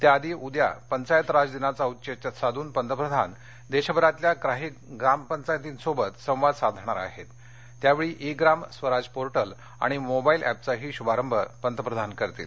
त्याआधी उद्या पंचायत राज दिनाचं औचित्य साधून पंतप्रधान देशभरातल्या काही ग्रामपचायतींसोबत संवाद साधणार आहेत त्यावेळी ई ग्राम स्वराज पोर्टल आणि मोबाईल ऍपचाही शुभारंभ पंतप्रधान करतील